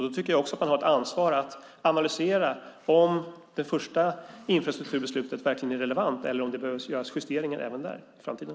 Då har man ett ansvar att analysera om det första infrastrukturbeslutet verkligen är relevant eller om det behöver göras justeringar även där i framtiden.